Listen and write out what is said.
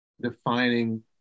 defining